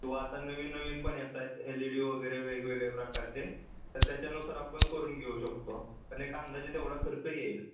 किंवा आता नवीन नवीन पण येत आहेत एल ई डी वगैरे वेगवेगळ्या प्रकारचे तर त्याच्यानुसार आपण करून घेऊ शकतो पण एक अंदाजे तेवढा खर्च येईल